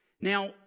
Now